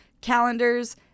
calendars